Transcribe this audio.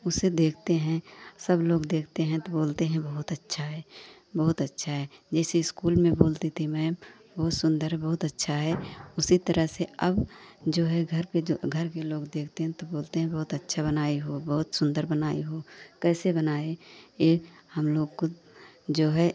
उसे देखते हैं सब लोग देखते हैं तो बोलते हैं बहुत अच्छा है बहुत अच्छा है जैसे स्कूल में बोलती थी मैम बहुत सुन्दर बहुत अच्छा है उसी तरह से अब जो है घर पर जो घर के लोग देखते हैं तो बोलते हैं बहुत अच्छा बनाए हो बहुत सुन्दर बनाए हो कैसे बनाए एक हमलोग को जो है